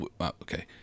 Okay